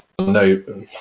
no